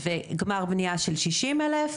וגמר בנייה של 60,000,